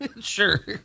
Sure